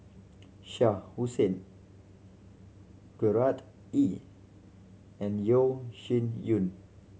Shah Hussain Gerard Ee and Yeo Shih Yun